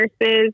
nurses